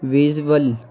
visual